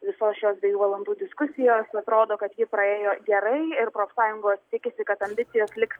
visos šios dviejų valandų diskusijos atrodo kad ji praėjo gerai ir profsąjungos tikisi kad ambicijos liks